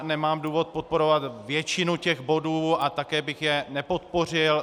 Nemám důvod podporovat většinu bodů a také bych je nepodpořil.